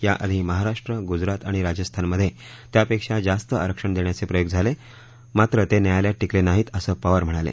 याआधी महाराष्ट्र गुजरात आणि राजस्थानमध्ये त्यापेक्षी जास्त आरक्षण देण्याचे प्रयोग झाले पण ते न्यायालयात टिकले नाहीत असं पवार म्हणाले